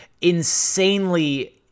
insanely